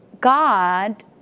God